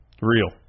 Real